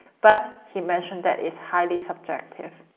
but he mentioned that is highly subjective.